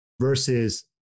Versus